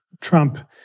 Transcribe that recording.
Trump